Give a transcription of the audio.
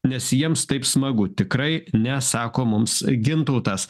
nes jiems taip smagu tikrai ne sako mums gintautas